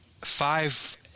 Five